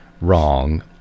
wrong